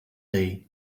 day